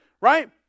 right